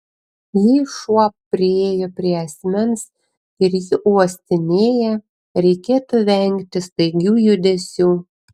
jei šuo priėjo prie asmens ir jį uostinėja reikėtų vengti staigių judesių